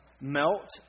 melt